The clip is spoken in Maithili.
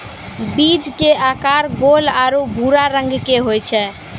बीज के आकार गोल आरो भूरा रंग के होय छै